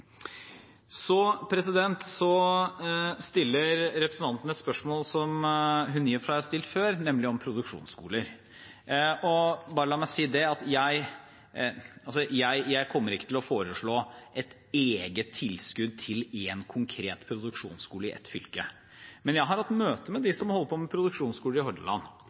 Så stiller representanten et spørsmål som hun i og for seg har stilt før, nemlig om produksjonsskoler. Bare la meg si at jeg kommer ikke til å foreslå et eget tilskudd til én konkret produksjonsskole i ett fylke. Men jeg har hatt møte med de som holder på med produksjonsskoler i Hordaland.